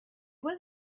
was